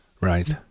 Right